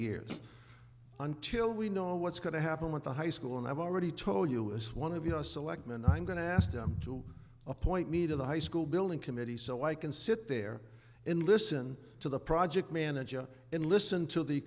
years until we know what's going to happen with the high school and i've already told you is one of your selectman i'm going to ask them to appoint me to the high school building committee so i can sit there and listen to the project manager and listen to the